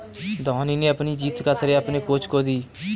धोनी ने अपनी जीत का श्रेय अपने कोच को दी